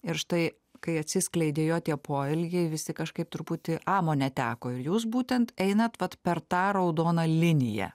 ir štai kai atsiskleidė jo tie poelgiai visi kažkaip truputį amo neteko ir jūs būtent einat vat per tą raudoną liniją